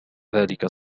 ذلك